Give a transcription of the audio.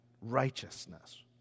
righteousness